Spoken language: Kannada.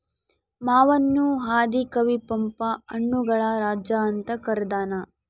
ಮಾವನ್ನು ಆದಿ ಕವಿ ಪಂಪ ಹಣ್ಣುಗಳ ರಾಜ ಅಂತ ಕರದಾನ